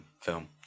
film